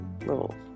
little